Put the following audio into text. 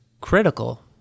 critical